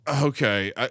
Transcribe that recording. okay